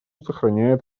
сохраняет